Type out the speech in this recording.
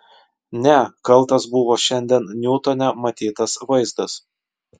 ne kaltas buvo šiandien niutone matytas vaizdas